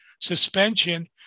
suspension